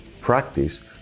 practice